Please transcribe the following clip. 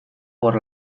por